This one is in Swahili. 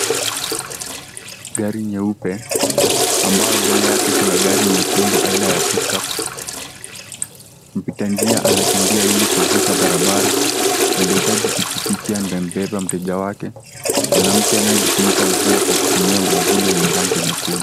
Gari nyeupe ambayo mbele yake kuna gari nyekundu aina ya[cs ] pick up[cs ]. Mpita njia anakimbia ili kuvuka barabara. Mwendeshaji pikipiki amembeba mteja wake. Mwanamke anaye jifunika mvua kwa kutumia mwavuli mwenye rangi mwekundu.